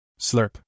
Slurp